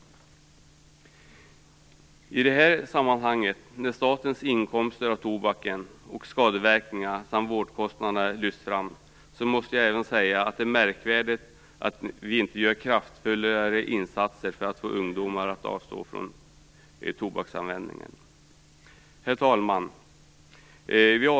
I detta sammanhang, när statens inkomster av tobaken, skadeverkningarna och vårdkostnaderna har lyfts fram, måste jag även säga att det är märkligt att vi inte gör kraftfullare insatser för att få ungdomar att avstå från tobaksanvändningen. Herr talman!